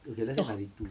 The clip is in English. okay let's say ninety two